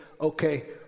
Okay